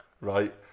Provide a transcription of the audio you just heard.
right